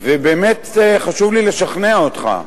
באמת, חשוב לי לשכנע אותך.